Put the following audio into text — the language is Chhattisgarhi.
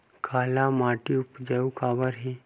काला माटी उपजाऊ काबर हे?